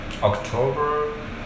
October